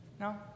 No